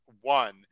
one